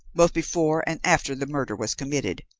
both before and after the murder was committed.